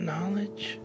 Knowledge